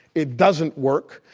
it doesn't work,